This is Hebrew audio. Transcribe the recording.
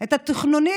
את התכנונים.